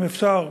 אם אפשר,